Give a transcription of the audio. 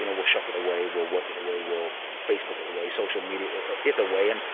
you know we'll shop it away. we'll work it away. we'll facebook it away, social media. it's a way in.